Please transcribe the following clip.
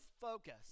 focus